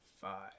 five